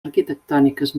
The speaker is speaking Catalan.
arquitectòniques